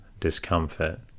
Discomfort